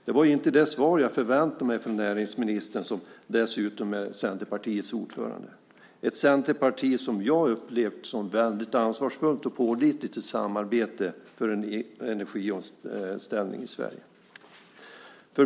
Det var inte det svar jag förväntade mig från näringsministern, som dessutom är ordförande i Centerpartiet - ett parti som jag har upplevt som väldigt ansvarsfullt och pålitligt i samarbetet för en energiomställning i Sverige.